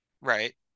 Right